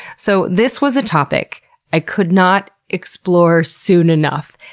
so this was a topic i could not explore soon enough.